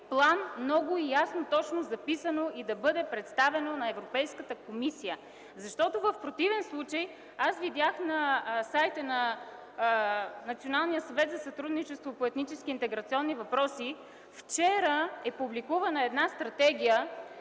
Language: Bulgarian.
план, много точно и ясно записано и да бъде представено на Европейската комисия. Вчера аз видях на сайта на Националния съвет за сътрудничество по етнически и интеграционни въпроси, че е публикувана стратегия,